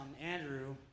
Andrew